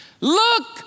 look